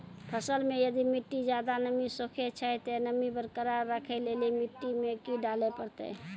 फसल मे यदि मिट्टी ज्यादा नमी सोखे छै ते नमी बरकरार रखे लेली मिट्टी मे की डाले परतै?